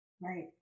Right